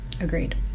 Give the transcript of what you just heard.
Agreed